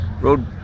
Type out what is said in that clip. road